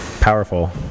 powerful